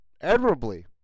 admirably